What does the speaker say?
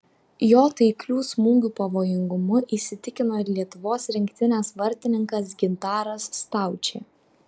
jo taiklių smūgių pavojingumu įsitikino ir lietuvos rinktinės vartininkas gintaras staučė